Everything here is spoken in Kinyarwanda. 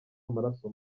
amaraso